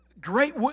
Great